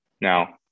Now